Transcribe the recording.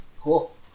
Cool